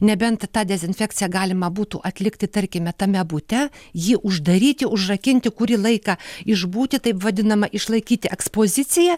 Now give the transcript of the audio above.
nebent tą dezinfekciją galima būtų atlikti tarkime tame bute jį uždaryti užrakinti kurį laiką išbūti taip vadinama išlaikyti ekspoziciją